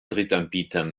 drittanbietern